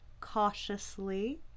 cautiously